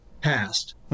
passed